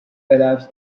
allows